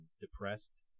depressed